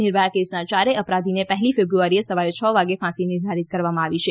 નિર્ભયા કેસના યારેય અપરાધીને પહેલી ફેબ્રુઆરીએ સવારે છ વાગે ફાંસી નિર્ધારીત કરવામાં આવી છે